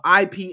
IP